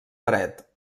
paret